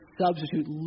substitute